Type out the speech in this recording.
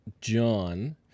John